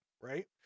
right